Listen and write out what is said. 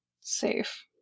safe